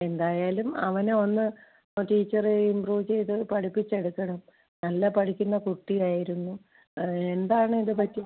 എന്തായാലും അവനെ ഒന്ന് ടീച്ചറ് ഇമ്പ്രൂവ് ചെയ്ത് പഠിപ്പിച്ചെടുക്കണം നല്ല പഠിക്കുന്ന കുട്ടിയായിരുന്നു എന്താണ് ഇത് പറ്റി